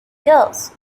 girls